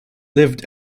lived